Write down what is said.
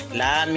la